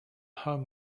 home